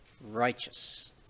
righteous